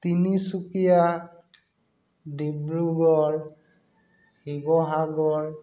Tinsukia Dibrugarh Sivasagar